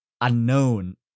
unknown